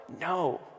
No